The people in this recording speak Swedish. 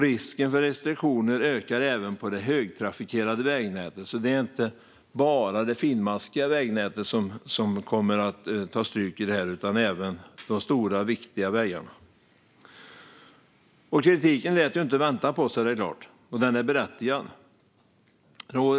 Risken för restriktioner ökar även på det högtrafikerade vägnätet, så det är inte bara det finmaskiga vägnätet som kommer att ta stryk i detta utan även de stora, viktiga vägarna. Kritiken lät såklart inte vänta på sig, och den är berättigad.